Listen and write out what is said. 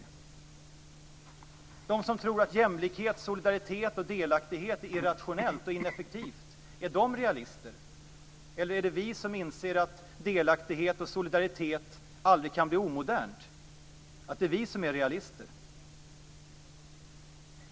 Är de realister som tror att jämlikhet, solidaritet och delaktighet är irrationellt och ineffektivt, eller är det vi, som inser att delaktighet och solidaritet aldrig kan bli omodernt, som är realister?